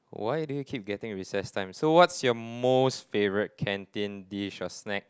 why do you keep getting recess time so what's your most favourite canteen dish or snack